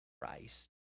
Christ